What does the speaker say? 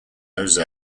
jose